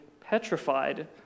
petrified